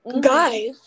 guys